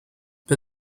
but